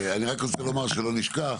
אני רק רוצה לומר שלא נשכח,